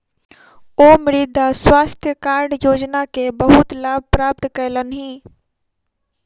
ओ मृदा स्वास्थ्य कार्ड योजना के बहुत लाभ प्राप्त कयलह्नि